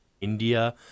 India